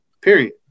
period